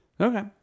Okay